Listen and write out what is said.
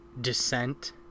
Descent